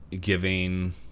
giving